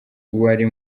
wari